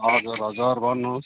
हजुर हजुर भन्नुहोस्